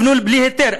נבנו בלי היתר,